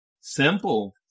Simple